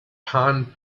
pond